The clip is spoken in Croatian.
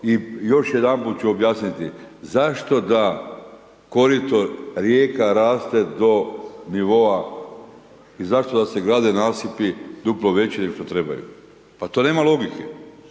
i još jedanput ću objasniti zašto da korito rijeka raste do nivoa i zašto da se grade nasipi duplo veći neg što trebaju, pa to nema logike.